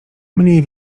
mniej